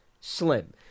slim